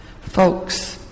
Folks